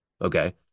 Okay